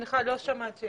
סליחה, לא שמעתי.